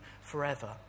forever